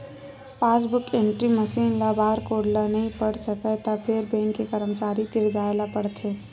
passbook entry machine ह barcode ल नइ पढ़ सकय त फेर बेंक के करमचारी तीर जाए ल परथे